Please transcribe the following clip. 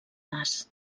nas